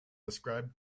ascribed